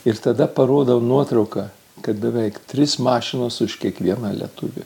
ir tada parodau nuotrauką kad beveik tris mašinas už kiekvieną lietuvių